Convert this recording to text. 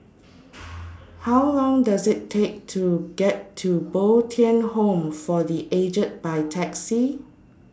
How Long Does IT Take to get to Bo Tien Home For The Aged By Taxi